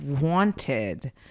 wanted